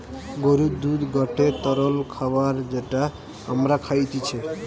গরুর দুধ গটে তরল খাবার যেটা আমরা খাইতিছে